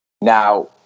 Now